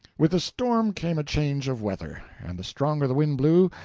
with the storm came a change of weather and the stronger the wind blew,